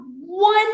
one